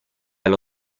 allo